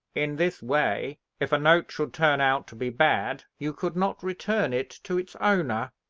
in this way, if a note should turn out to be bad, you could not return it to its owner.